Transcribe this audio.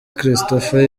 christopher